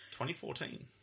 2014